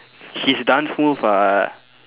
his dances move are